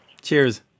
Cheers